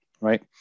right